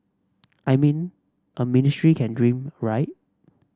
I mean a ministry can dream right